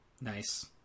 nice